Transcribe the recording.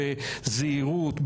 בזהירות,